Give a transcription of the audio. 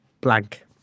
blank